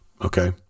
okay